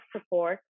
support